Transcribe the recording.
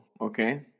okay